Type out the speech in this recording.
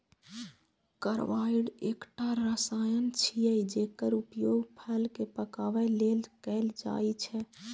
carbide एकटा रसायन छियै, जेकर उपयोग फल कें पकाबै लेल कैल जाइ छै